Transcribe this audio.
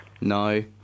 No